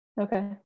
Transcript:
Okay